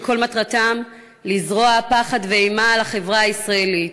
שכל מטרתם לזרוע פחד ואימה על החברה הישראלית.